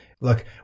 Look